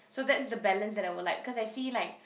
so that's the balance that I would like because I see like